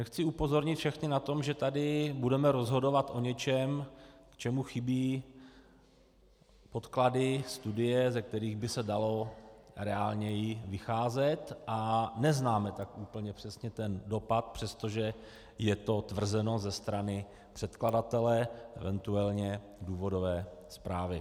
Chci upozornit všechny na to, že tady budeme rozhodovat o něčem, čemu chybí podklady, studie, ze kterých by se dalo reálněji vycházet, a neznáme tak úplně přesně ten dopad, přestože je to tvrzeno ze strany předkladatele, eventuálně důvodové zprávy.